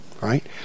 right